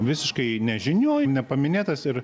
visiškai nežinioj nepaminėtas ir